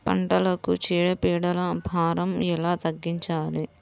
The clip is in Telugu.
పంటలకు చీడ పీడల భారం ఎలా తగ్గించాలి?